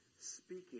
speaking